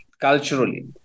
culturally